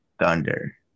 Thunder